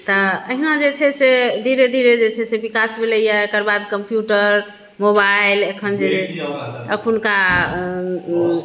तऽ अहिना जे छै से धीरे धीरे जे छै से बिकास भेलैया एकर बाद कंप्यूटर मोबाइल एखन जे अयलै अखुनका